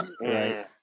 right